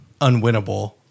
unwinnable